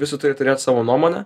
visi turi turėt savo nuomonę